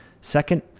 Second